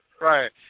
Right